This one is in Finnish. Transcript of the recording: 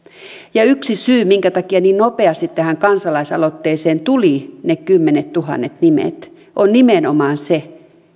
ja yksi syy minkä takia niin nopeasti tähän kansalaisaloitteeseen tuli ne kymmenettuhannet nimet on nimenomaan se